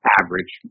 average